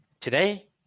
today